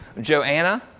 Joanna